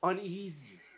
Uneasy